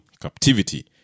captivity